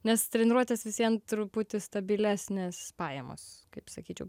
nes treniruotės vis vien truputį stabilesnės pajamos kaip sakyčiau